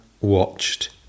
watched